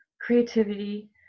creativity